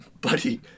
Buddy